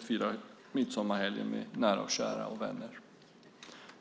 fira midsommarhelgen med nära, kära och vänner.